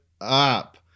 up